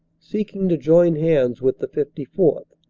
seeking to join hands with the fifty fourth,